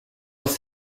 was